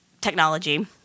technology